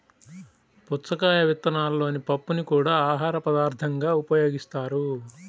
పుచ్చకాయ విత్తనాలలోని పప్పుని కూడా ఆహారపదార్థంగా ఉపయోగిస్తారు